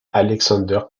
alexander